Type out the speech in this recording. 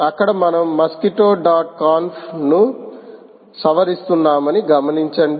అక్కడ మనం mosquito dot conf ను సవరిస్తున్నామని గమనించండి